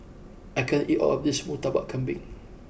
I can't eat all of this Murtabak Kambing